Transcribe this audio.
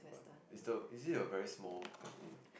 is the is it a very small canteen